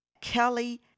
kelly